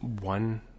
one